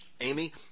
amy